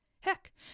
Heck